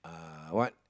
uh what